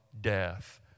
death